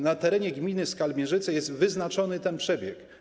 Na terenie gminy Skalmierzyce jest wyznaczony ten przebieg.